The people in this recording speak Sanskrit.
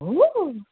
न